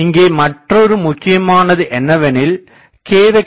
இங்கே மற்றொரு முக்கியமானது என்னவெனில்k